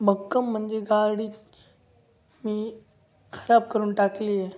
भक्कम म्हणजे गाडी मी खराब करून टाकली आहे